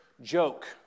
joke